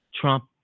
Trump